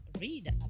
read